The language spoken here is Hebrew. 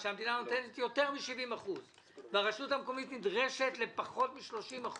שהמדינה נותנת יותר מ-70% והרשות המקומית נדרשת לפחות מ-30%,